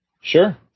Sure